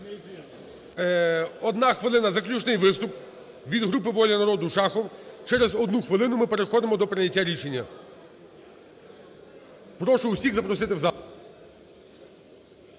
1 хвилина, заключний виступ, від групи "Воля народу" Шахов. Через 1 хвилину ми переходимо до прийняття рішення. Прошу всіх запросити в зал.